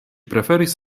preferis